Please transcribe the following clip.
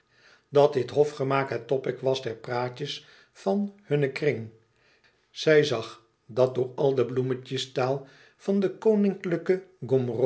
dat dit hofgemaak het topic was der praatjes van hunnen kring zij zag dat door al de bloemetjes taal van den koninklijken